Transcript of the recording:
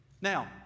Now